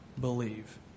believe